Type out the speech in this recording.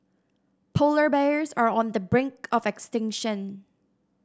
polar bears are on the brink of extinction